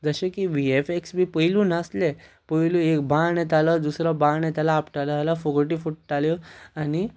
जशें की वी एफ क्स बी पयल्यो नासले पयल्यो एक बाण येतालो दुसरो बाण येतालो आपटालो जाल्यार फुगटी फुट्टाल्यो आनी